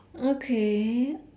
okay